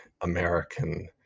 american